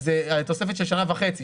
תוספת של שנה וחצי.